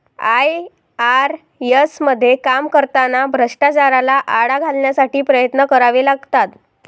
IRS मध्ये काम करताना भ्रष्टाचाराला आळा घालण्यासाठी प्रयत्न करावे लागतात